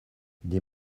des